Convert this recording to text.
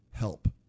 help